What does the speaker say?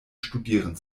studieren